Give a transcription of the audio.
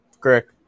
Correct